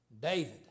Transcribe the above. David